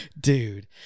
Dude